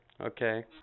Okay